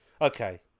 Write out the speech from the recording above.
okay